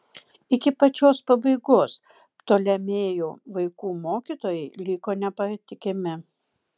iki pačios pabaigos ptolemėjų vaikų mokytojai liko nepatikimi